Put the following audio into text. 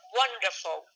wonderful